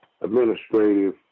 administrative